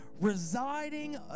residing